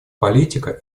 политика